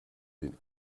den